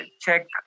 check